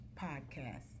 Podcast